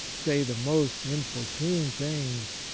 say the most inopportune things,